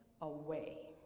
away